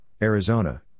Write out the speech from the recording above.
Arizona